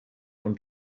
und